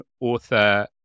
author